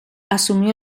asumió